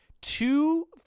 two